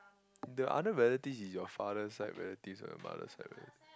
the other relatives is your father side relatives or your mother side relatives